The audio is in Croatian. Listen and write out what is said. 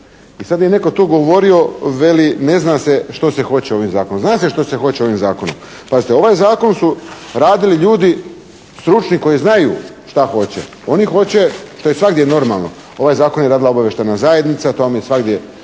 I sad je netko tu govorio, veli, ne zna se što se hoće ovim zakonom? Zna se što se hoće ovim zakonom. Pazite! Ovaj zakon su radili ljudi stručni koji znaju šta hoće. Oni hoće, to je svagdje normalno. Ovaj zakon je radila obavještajna zajednica, to vam je svagdje